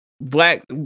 black